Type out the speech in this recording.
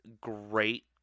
great